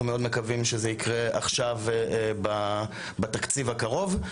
מאוד מקווים שזה יקרה עכשיו בתקציב הקרוב.